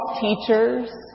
teachers